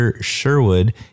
Sherwood